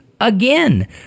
Again